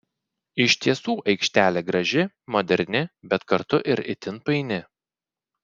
iš tiesų aikštelė graži moderni bet kartu ir itin paini